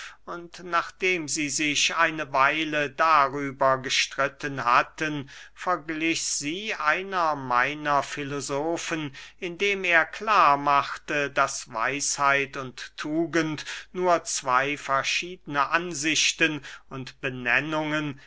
und nachdem sie sich eine weile darüber gestritten hatten verglich sie einer meiner filosofen indem er klar machte daß weisheit und tugend nur zwey verschiedene ansichten und benennungen